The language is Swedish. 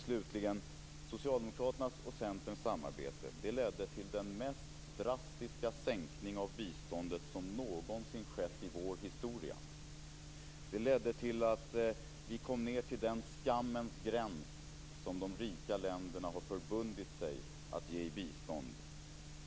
Slutligen vill jag säga att Socialdemokraternas och Centerns samarbete ledde till den mest drastiska sänkning av biståndet som någonsin skett i vår historia. Det ledde till att vi kom ned till den skammens gräns som de rika länderna har förbundit sig att ge i bistånd.